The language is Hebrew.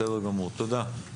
תודה.